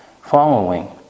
following